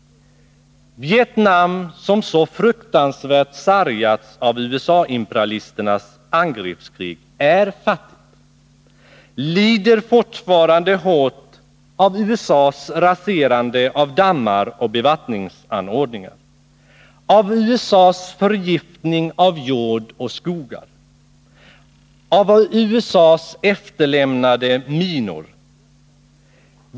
Vietnam, som så fruktansvärt sargats av USA imperialisternas angreppskrig, är fattigt. Landet lider fortfarande hårt av USA:s raserande av dammar och bevattningsanordningar, av USA:s förgiftning av jord och skogar, av USA:s efterlämnade minor.